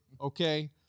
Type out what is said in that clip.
Okay